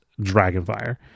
Dragonfire